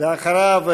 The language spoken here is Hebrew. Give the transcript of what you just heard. ואחריו,